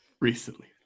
recently